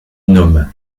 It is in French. nomme